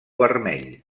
vermell